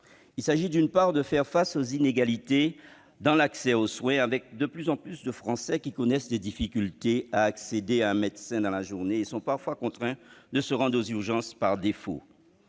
Il s'agit, d'une part, de faire face aux inégalités dans l'accès aux soins, de plus en plus de Français rencontrant des difficultés pour accéder à un médecin dans la journée et étant parfois contraints de se rendre aux urgences par défaut.